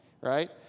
right